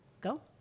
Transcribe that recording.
go